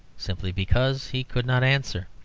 simply because he could not answer.